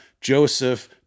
Joseph